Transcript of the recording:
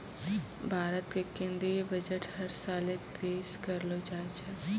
भारत के केन्द्रीय बजट हर साले पेश करलो जाय छै